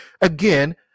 Again